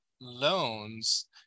loans